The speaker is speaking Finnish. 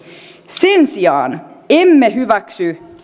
sen sijaan emme hyväksy